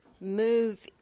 move